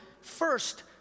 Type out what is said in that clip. first